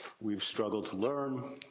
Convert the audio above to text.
we've struggled to learn.